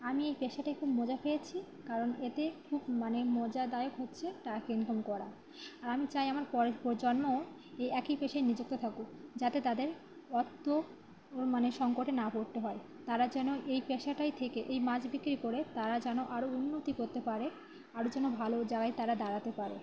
আমি এই পেশাটায় খুব মজা পেয়েছি কারণ এতে খুব মানে মজাদায়ক হচ্ছে ট্র্যাক ইনফর্ম করা আর আমি চাই আমার পরজন্মও এই একই পেশে নিযুক্ত থাকু যাতে তাদের অত্ম মানে সংকটে না পড়তে হয় তারা যেন এই পেশাটাই থেকে এই মাছ বিক্রি করে তারা যেন আরও উন্নতি করতে পারে আরও যেন ভালো জাগায় তারা দাঁড়াতে পারে